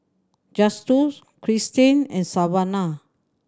Justus Kristin and Savana